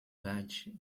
badge